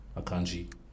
Akanji